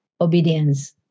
obedience